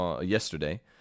yesterday